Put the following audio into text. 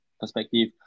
perspective